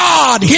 God